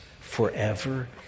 forever